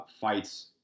fights